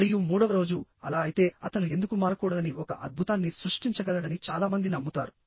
మరియు మూడవ రోజుఅలా అయితేఅతను ఎందుకు మారకూడదని ఒక అద్భుతాన్ని సృష్టించగలడని చాలా మంది నమ్ముతారు